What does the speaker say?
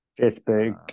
Facebook